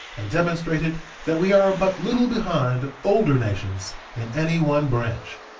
and demonstrated that we are but little behind older nations in any one branch,